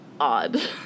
odd